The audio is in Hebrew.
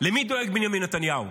למי דואג בנימין נתניהו?